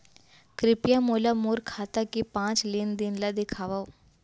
कृपया मोला मोर खाता के पाँच लेन देन ला देखवाव